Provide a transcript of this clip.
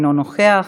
אינו נוכח,